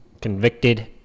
Convicted